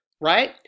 Right